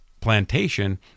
plantation